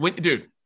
Dude